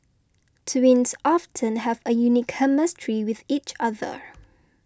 twins often have a unique chemistry with each other